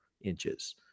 inches